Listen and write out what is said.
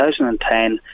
2010